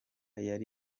yari